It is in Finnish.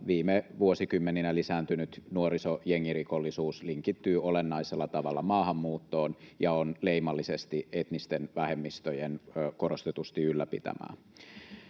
viime vuosikymmeninä lisääntynyt nuorisojengirikollisuus linkittyy olennaisella tavalla maahanmuuttoon ja on leimallisesti etnisten vähemmistöjen korostetusti ylläpitämää.